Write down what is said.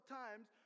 times